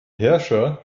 herrscher